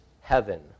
heaven